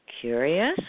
Curious